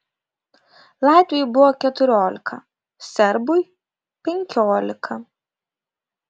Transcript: latviui buvo keturiolika serbui penkiolika